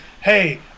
hey